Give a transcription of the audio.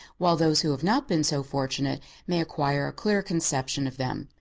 while those who have not been so fortunate may acquire a clear conception of them.